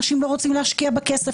אנשים לא רוצים להשקיע בה כסף,